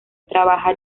trabaja